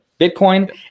Bitcoin